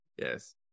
Yes